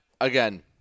again